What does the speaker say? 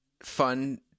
fun